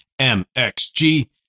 MXG